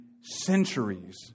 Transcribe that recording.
centuries